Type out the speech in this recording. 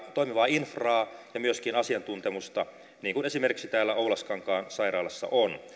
toimivaa infraa ja myöskin asiantuntemusta niin kuin esimerkiksi täällä oulaskankaan sairaalassa on